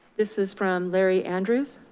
this is from larry andrews.